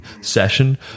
session